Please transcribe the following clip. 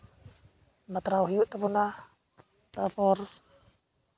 ᱵᱟᱛᱨᱟᱣ ᱦᱩᱭᱩᱜ ᱛᱟᱵᱚᱱᱟ ᱛᱟᱨᱯᱚᱨ